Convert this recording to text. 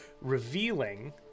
revealing